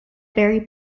very